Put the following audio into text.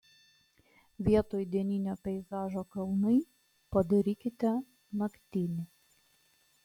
vietoj dieninio peizažo kalnai padarykite naktinį